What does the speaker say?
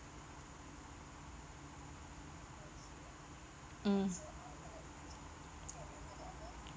mm